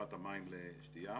מצריכת המים לשתייה.